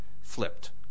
flipped